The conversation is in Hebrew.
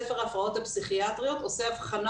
ספר ההפרעות הפסיכיאטריות עושה הבחנה